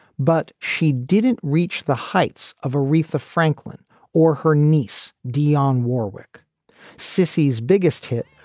but she didn't reach the heights of aretha franklin or her niece, dionne warwick sissy's biggest hit,